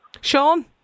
Sean